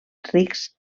rics